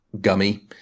gummy